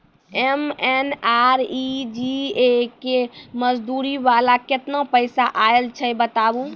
MNREGA के मज़दूरी वाला केतना पैसा आयल छै बताबू?